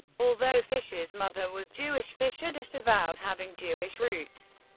although fischer's mother was jewish, fischer disavowed having jewish roots.